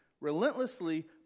relentlessly